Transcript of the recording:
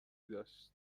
داشت